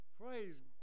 Praise